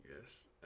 Yes